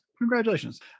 Congratulations